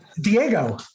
Diego